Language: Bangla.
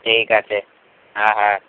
ঠিক আছে হ্যাঁ হ্যাঁ